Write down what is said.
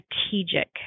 strategic